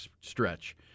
stretch